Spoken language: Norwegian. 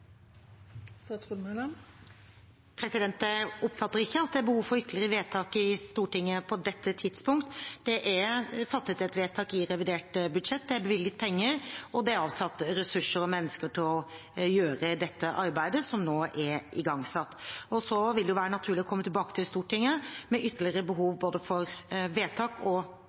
er behov for ytterligere vedtak i Stortinget på dette tidspunkt. Det er fattet et vedtak i revidert budsjett, det er bevilget penger, og det er avsatt ressurser og mennesker til å gjøre dette arbeidet som nå er igangsatt. Så vil det være naturlig å komme tilbake til Stortinget med ytterligere behov for både vedtak og